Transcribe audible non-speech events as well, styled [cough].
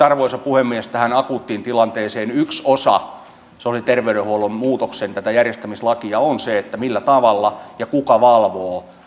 [unintelligible] arvoisa puhemies tähän akuuttiin tilanteeseen yksi osa tätä sosiaali ja terveydenhuollon muutoksen järjestämislakia on se millä tavalla ja kuka valvoo